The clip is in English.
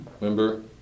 remember